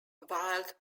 wild